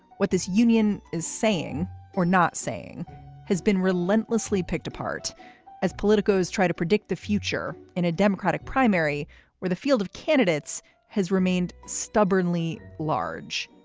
what this union is saying or not saying has been relentlessly picked apart as politicos try to predict the future in a democratic primary where the field of candidates has remained stubbornly large.